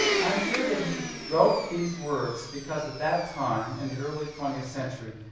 i am sure that he wrote these words because at that time in the early twentieth century,